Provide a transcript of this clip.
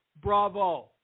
bravo